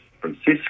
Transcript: Francisco